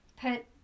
put